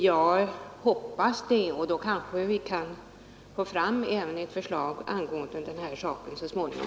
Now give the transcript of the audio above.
Jag hoppas det, och då kanske vi kan få fram även ett förslag angående den här saken så småningom.